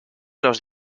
los